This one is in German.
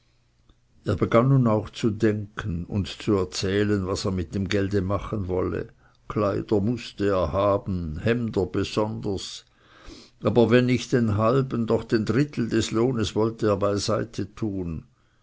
er begann nun auch zu danken und zu erzählen was er mit dem gelde machen wolle kleider mußte er haben hemder besonders aber wenn nicht den halben doch den drittel des lohns wolle er beiseitetun